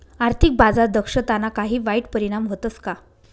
आर्थिक बाजार दक्षताना काही वाईट परिणाम व्हतस का